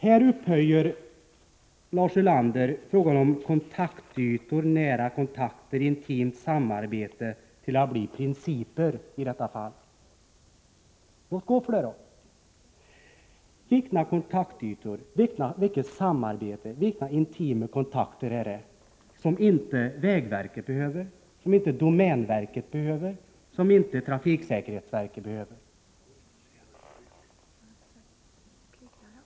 Lars Ulander upphöjer sådant som kontaktytor, nära kontakter, intimt samarbete till att bli principer i detta fall. Låt gå för det då! Vilka kontaktytor, vilka nära kontakter och vilket intimt samarbete är det som inte vägverket, domänverket och trafiksäkerhetsverket behöver?